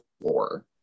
floor